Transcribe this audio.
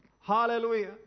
Hallelujah